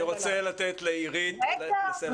אני רוצה לתת לעירית לסיים לדבר.